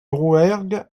rouergue